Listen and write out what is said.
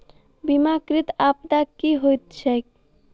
बीमाकृत आपदा की होइत छैक?